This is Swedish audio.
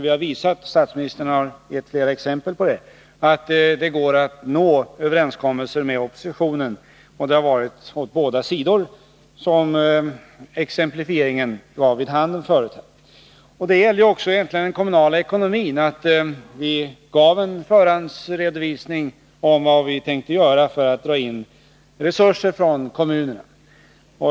Vi har visat — statsministern har gett exempel på detta — att det går att nå överenskommelser med oppositionen — och det har varit åt båda sidor, som exemplifieringen här gav vid handen förut. Det gäller också den kommunala ekonomin. Vi gav en förhandsredovisning om vad vi tänkte göra för att dra in resurser från kommunerna.